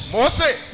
Moses